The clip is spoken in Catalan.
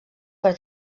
per